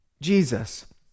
Jesus